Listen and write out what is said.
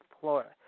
Florida